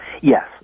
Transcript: Yes